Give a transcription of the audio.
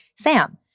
SAM